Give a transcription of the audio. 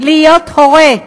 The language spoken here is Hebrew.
להיות הורה,